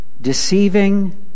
Deceiving